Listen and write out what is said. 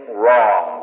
wrong